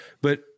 But-